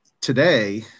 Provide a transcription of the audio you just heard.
today